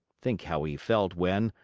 think how he felt when,